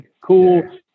cool